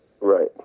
Right